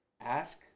ask